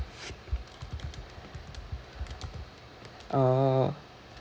err